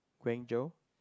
Guangzhou